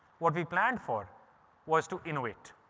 what we planned for was to innovate.